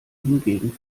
hingegen